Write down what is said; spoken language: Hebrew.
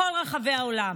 בכל רחבי העולם,